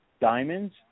diamonds